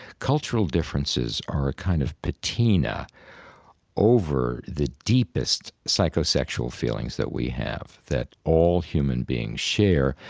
cultural differences are a kind of patina over the deepest psychosexual feelings that we have, that all human beings share,